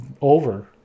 over